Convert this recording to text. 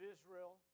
Israel